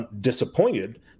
disappointed